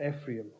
Ephraim